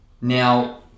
Now